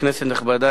כנסת נכבדה,